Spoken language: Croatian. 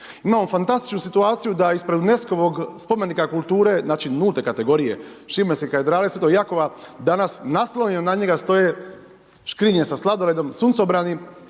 Imamo fantastičnu situaciju da ispred UNESCO-vog spomenika kulture, znači nulte kategorije .../Govornik se ne razumije./... katedrale Sv. Jakova danas naslonjen na njega stoje škrinje sa sladoledom, suncobrani,